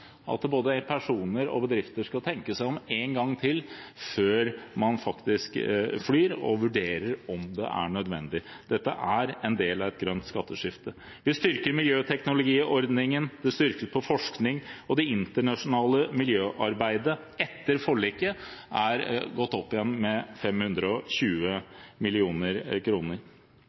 at både enkeltpersoner og bedrifter skal tenke seg om en gang til før man flyr, og vurdere om det er nødvendig. Dette er en del av et grønt skatteskifte. Vi styrker miljøteknologiordningen og forskning, og midlene til det internasjonale miljøarbeidet er etter forliket gått opp igjen, med